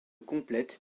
complète